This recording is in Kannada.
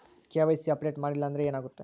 ಕೆ.ವೈ.ಸಿ ಅಪ್ಡೇಟ್ ಮಾಡಿಲ್ಲ ಅಂದ್ರೆ ಏನಾಗುತ್ತೆ?